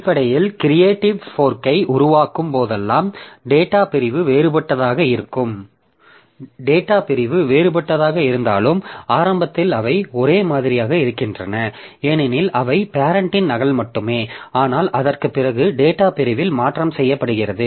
அடிப்படையில் கிரியேட்டிவ் ஃபோர்க்கை உருவாக்கும் போதெல்லாம் டேட்டா பிரிவு வேறுபட்டதாக இருந்தாலும் ஆரம்பத்தில் அவை ஒரே மாதிரியாக இருக்கின்றன ஏனெனில் அவை பேரெண்ட்டின் நகல் மட்டுமே ஆனால் அதற்குப் பிறகு டேட்டாப் பிரிவில் மாற்றம் செய்யப்படுகிறது